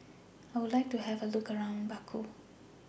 I Would like to Have A Look around Baku